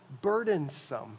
burdensome